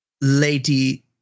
Lady